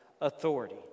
authority